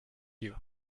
you